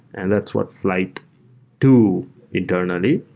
and that's what flyte do internally.